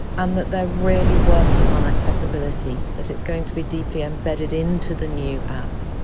and that they're really working on accessibility that it's going to be deeply embedded into the new app,